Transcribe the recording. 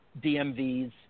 DMVs